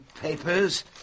papers